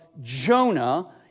Jonah